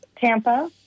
Tampa